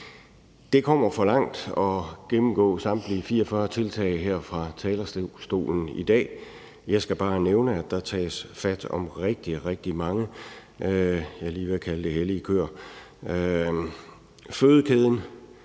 Det bliver for langt at gennemgå samtlige 44 tiltag her fra talerstolen i dag. Jeg skal bare nævne, at der tages fat om rigtig, rigtig mange,